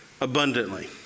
abundantly